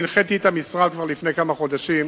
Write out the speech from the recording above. אני הנחיתי את המשרד כבר לפני כמה חודשים